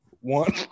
one